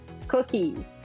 Cookie